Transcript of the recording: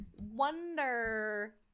wonder